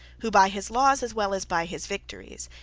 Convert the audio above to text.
who, by his laws, as well as by his victories,